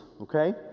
okay